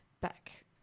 Back